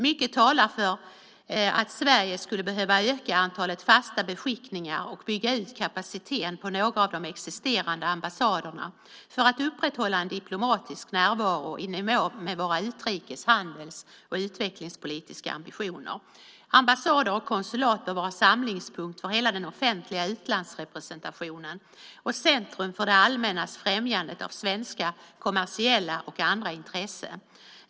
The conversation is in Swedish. Mycket talar för att Sverige skulle behöva öka antalet fasta beskickningar och bygga ut kapaciteten på några av de existerande ambassaderna för att upprätthålla en diplomatisk närvaro i nivå med våra utrikes-, handels och utvecklingspolitiska ambitioner. Ambassader och konsulat bör vara samlingspunkten för hela den offentliga utlandsrepresentationen och centrum för det allmännas främjande av svenska kommersiella och andra intressen.